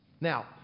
Now